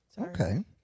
Okay